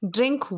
Drink